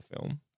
film